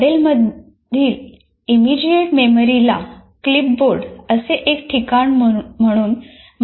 मॉडेलमधील इमिजिएट मेमरीला क्लिपबोर्ड असे एक ठिकाण म्हणून मानले जाऊ शकते